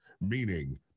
meaning